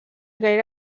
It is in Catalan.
gaire